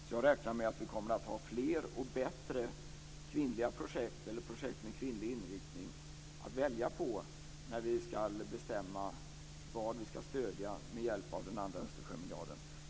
Därför räknar jag med att vi kommer att ha fler och bättre projekt med kvinnlig inriktning att välja mellan när vi ska bestämma vad vi ska stödja med hjälp av den andra Östersjömiljarden.